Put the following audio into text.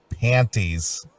panties